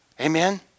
Amen